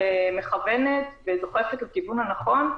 מכוונת ודוחפת לכיוון הנכון,